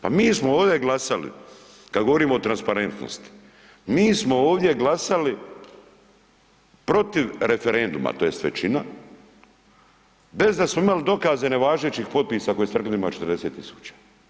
Pa mi smo ovdje glasali kad govorimo o transparentnosti, mi smo ovdje glasali protiv referenduma tj. većina bez da smo imali dokaze nevažećih potpisa koje ste rekli da ima 40.000.